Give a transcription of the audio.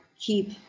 keep